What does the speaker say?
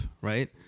Right